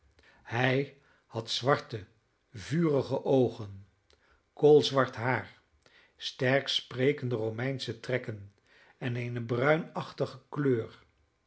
hij had zwarte vurige oogen koolzwart haar sterk sprekende romeinsche trekken en eene bruinachtige kleur